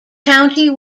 county